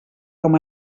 com